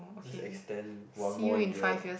just extend one more year